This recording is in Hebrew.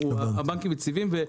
הבנקים יציבים,